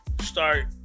start